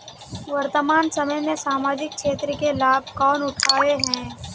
वर्तमान समय में सामाजिक क्षेत्र के लाभ कौन उठावे है?